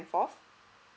forth